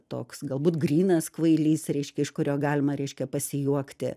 toks galbūt grynas kvailys reiškia iš kurio galima reiškia pasijuokti